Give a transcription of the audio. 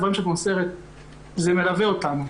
הדברים שאת מוסרת מלווים אותנו.